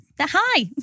Hi